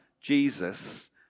Jesus